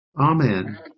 Amen